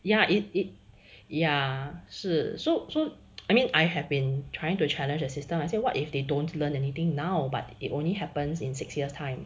ya it it ya 是 so so I mean I have been trying to challenge the system I say what if they don't learn anything now but it only happens in six years' time